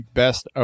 best